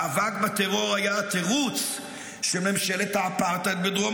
מאבק בטרור היה התירוץ של ממשלת האפרטהייד בדרום